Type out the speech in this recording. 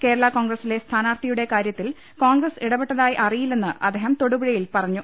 കേരള കോൺഗ്രസിലെ സ്ഥാനാർത്ഥി യുടെ കാര്യത്തിൽ കോൺഗ്രസ് ഇടപെട്ടതായി അറിയില്ലെന്ന് അദ്ദേഹം തൊടുപുഴയിൽ പറഞ്ഞു